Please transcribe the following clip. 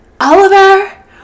Oliver